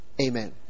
amen